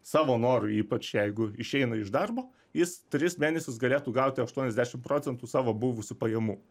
savo noru ypač jeigu išeina iš darbo jis tris mėnesius galėtų gauti aštuoniasdešim procentų savo buvusių pajamų